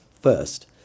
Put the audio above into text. first